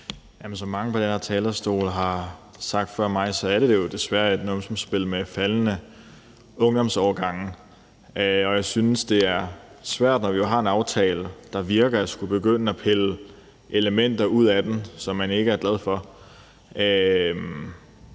Som mange på den her talerstol har sagt før mig, er det jo desværre et nulsumsspil med faldende ungdomsårgange. Jeg synes, det er svært, når vi har en aftale, der virker, at skulle begynde at pille elementer ud af den, som man ikke er glad for. Jeg